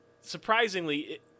surprisingly